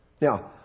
Now